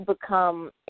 become